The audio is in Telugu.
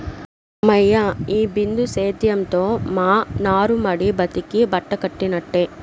హమ్మయ్య, ఈ బిందు సేద్యంతో మా నారుమడి బతికి బట్టకట్టినట్టే